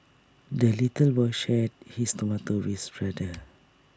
the little boy shared his tomato with brother